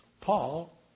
Paul